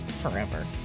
forever